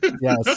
yes